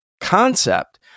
concept